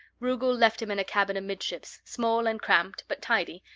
rugel left him in a cabin amidships small and cramped, but tidy,